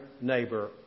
neighbor